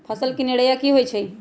फसल के निराया की होइ छई?